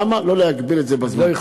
למה לא להגביל את זה בזמן.